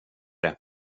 det